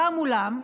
ברם, אולם,